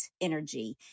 energy